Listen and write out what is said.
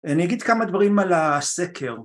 אני אגיד כמה דברים על הסקר.